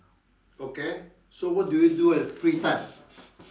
okay so what do you do at free time